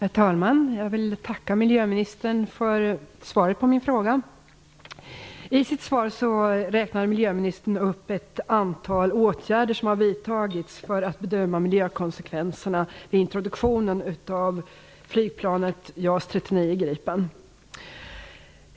Herr talman! Jag vill tacka miljöministern för svaret på min fråga. I sitt svar räknar miljöministern upp ett antal åtgärder som har vidtagits för att bedöma miljökonsekvenserna vid introduktionen av flygplanet JAS 39 Gripen.